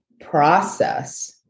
process